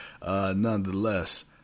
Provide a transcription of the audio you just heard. nonetheless